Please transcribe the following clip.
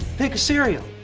pick a cereal